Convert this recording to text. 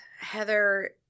Heather –